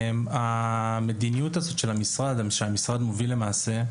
המדיניות הזאת שהמשרד מוביל למעשה,